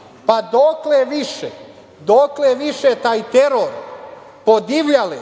su plaćene. Dokle više taj teror podivljale